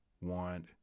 want